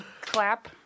clap